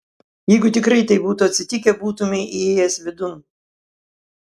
jeigu tikrai taip būtų atsitikę būtumei įėjęs vidun